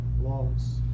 laws